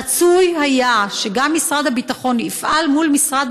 רצוי היה שגם משרד הביטחון יפעל מול משרד